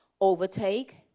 overtake